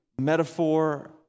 metaphor